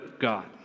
God